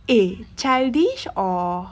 eh childish or